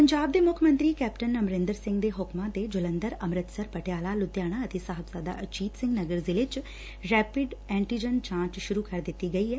ਪੰਜਾਬ ਦੇ ਮੁੱਖ ਮੰਤਰੀ ਕੈਪਟਨ ਅਮਰੰਦਰ ਸੰਘ ਦੇ ਹੁਕਮਾਂ ਤੇ ਜਲੰਧਰ ਅੰਮੁਤਸਰ ਪਟਿਆਲਾ ਲੁਧਿਆਣਾ ਅਤੇ ਐਸ ਐਸ ਨਗਰ ਜ਼ਿਲ੍ਹੇ ਚ ਰੈਪਿੰਡ ਐਂਟੀਜਨ ਜਾਂਚ ਸੁਰੂ ਕਰ ਦਿੱਤੀ ਗਈ ਐ